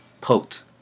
poked